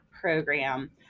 program